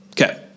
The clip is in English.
Okay